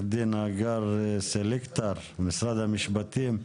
עורכת הדין הגר סלקטר, משרד המשפטים.